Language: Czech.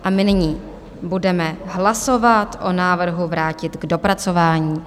A my nyní budeme hlasovat o návrhu vrátit k dopracování.